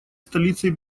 столицей